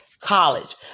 college